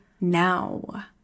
now